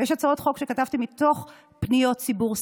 יש הצעות חוק שכתבתי מתוך פניות ציבור.